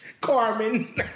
Carmen